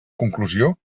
conclusió